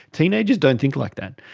teenagers don't think like that.